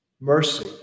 mercy